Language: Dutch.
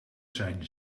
zijn